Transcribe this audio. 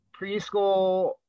preschool